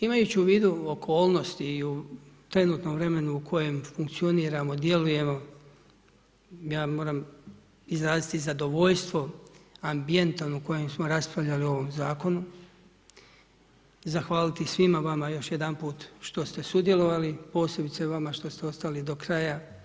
Imajući u vidu okolnosti i u trenutnom vremenu u kojem funkcioniramo, djelujemo, ja moram izraziti zadovoljstvo, ambijentom u kojem smo raspravljali u ovom zakonu, zahvaliti svima vama još jedanput što ste sudjelovali, posebice vama, što ste ostali do kraja.